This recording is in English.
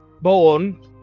born